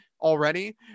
already